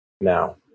Now